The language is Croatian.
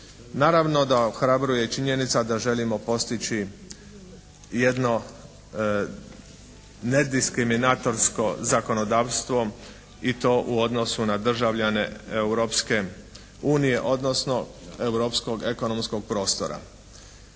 Naravno da ohrabruje i činjenica da želimo postići jedno nediskriminatorsko zakonodavstvo i to u odnosu na državljane Europske unije, odnosno europskog ekonomskog prostora.